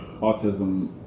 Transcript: autism